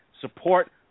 support